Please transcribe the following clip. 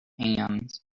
hands